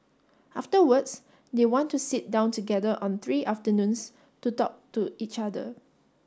afterwards they want to sit down together on three afternoons to talk to each other